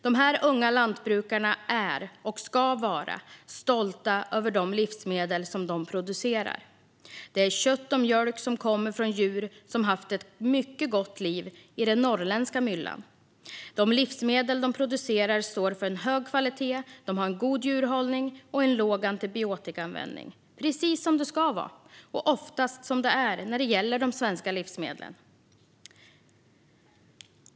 De unga lantbrukarna är och ska vara stolta över de livsmedel som de producerar. Det är kött och mjölk som kommer från djur som har haft ett mycket gott liv i den norrländska myllan. De livsmedel de producerar är av hög kvalitet. De har god djurhållning och låg antibiotikaanvändning, precis som det ska vara och oftast är när det gäller de svenska livsmedlen.